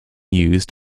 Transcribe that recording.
used